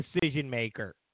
decision-maker